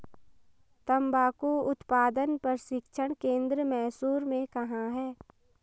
तंबाकू उत्पादन प्रशिक्षण केंद्र मैसूर में कहाँ है?